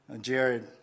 Jared